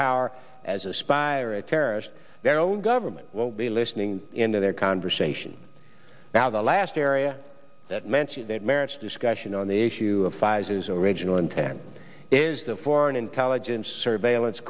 power as a spy or a terrorist their own government won't be listening into their conversation now the last area that mentioned it merits discussion on the issue of pfizer's original intent is the foreign intelligence surveillance